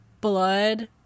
blood